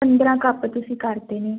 ਪੰਦਰਾਂ ਕੱਪ ਤੁਸੀਂ ਕਰ ਦੇਣੇ